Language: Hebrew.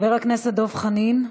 חבר הכנסת דב חנין?